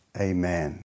Amen